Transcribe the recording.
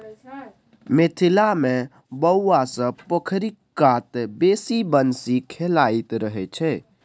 मिथिला मे बौआ सब पोखरि कात बैसि बंसी खेलाइत रहय छै